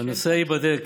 הנושא ייבדק.